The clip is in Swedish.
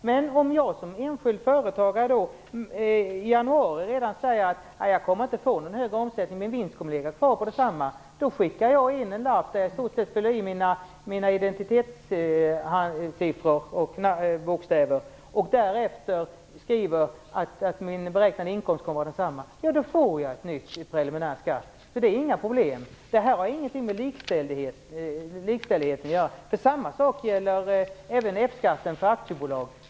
Men om jag som enskild företagare redan i januari säger att jag inte kommer att få någon högre omsättning och att min vinst kommer att ligga kvar på samma nivå som förra året kan jag skicka in en lapp där jag i stort sett fyller i mina identitetsuppgifter och skriver att min beräknade inkomst kommer att vara densamma. Då får jag en ny preliminär skatt. Det är inga problem. Det har ingenting med likställdheten att göra. Samma sak gäller för F-skatten för aktiebolag.